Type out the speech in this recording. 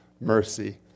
mercy